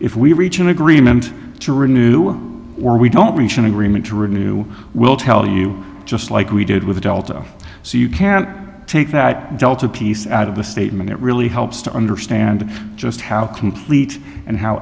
if we reach an agreement to renew or we don't reach an agreement to renew we'll tell you just like we did with delta so you can take that delta piece out of the statement it really helps to understand just how complete and how